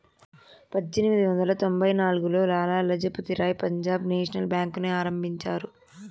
పజ్జేనిమిది వందల తొంభై నాల్గులో లాల లజపతి రాయ్ పంజాబ్ నేషనల్ బేంకుని ఆరంభించారు